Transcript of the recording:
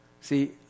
See